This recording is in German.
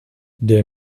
der